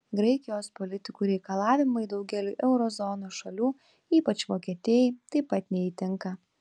graikijos politikų reikalavimai daugeliui euro zonos šalių ypač vokietijai taip pat neįtinka